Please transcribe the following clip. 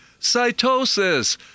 cytosis